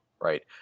right